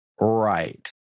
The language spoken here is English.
right